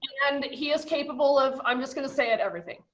and he is capable of, i'm just gonna say it, everything.